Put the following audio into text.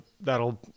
that'll